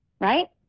right